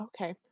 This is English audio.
Okay